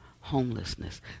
homelessness